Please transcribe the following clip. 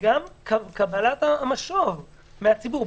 וגם קבלת המשוב מהציבור.